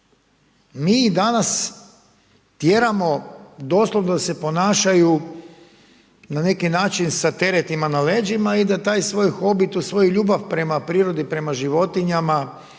ih danas tjeramo doslovno da se ponašaju na neki način sa teretima na leđima da taj svoj hobi, tu svoju ljubav prema prirodi, prema životinjama,